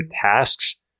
tasks